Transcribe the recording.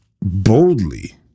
boldly